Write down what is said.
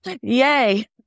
Yay